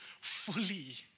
fully